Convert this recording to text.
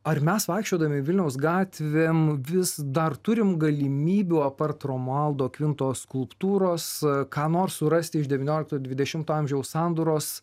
ar mes vaikščiodami vilniaus gatvėm vis dar turim galimybių apart romualdo kvintos skulptūros ką nors surasti iš devyniolikto dvidešimto amžiaus sandūros